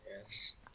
yes